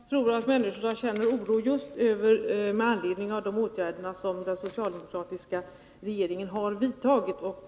Herr talman! Jag tror att människorna känner oro just med anledning av de åtgärder som den socialdemokratiska regeringen har vidtagit.